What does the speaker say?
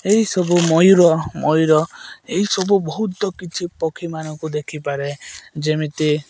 ଏହିସବୁ ମୟୂର ମୟୂର ଏହିସବୁ ବହୁତ କିଛି ପକ୍ଷୀମାନଙ୍କୁ ଦେଖିପାରେ ଯେମିତି